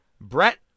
Brett